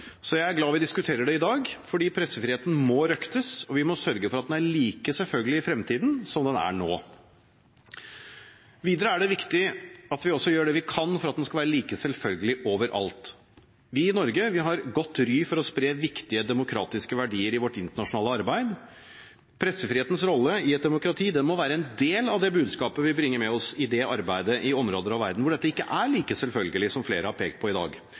Så jeg er glad vi diskuterer det i dag, fordi pressefriheten må røktes, og vi må sørge for at den er like selvfølgelig i fremtiden som den er nå. Videre er det viktig at vi også gjør det vi kan for at den skal være like selvfølgelig overalt. Vi i Norge har godt ry for å spre viktige demokratiske verdier i vårt internasjonale arbeid. Pressefrihetens rolle i et demokrati må være en del av det budskapet vi bringer med oss i det arbeidet, i områder av verden hvor dette ikke er like selvfølgelig – som flere har pekt på i dag